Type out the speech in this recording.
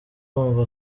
bumva